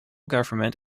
government